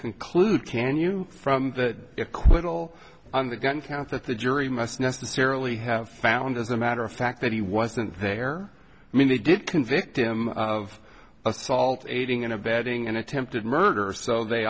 conclude can you from the quibble on the gun count that the jury must necessarily have found as a matter of fact that he wasn't there i mean they did convict him of assault aiding and abetting an attempted murder so they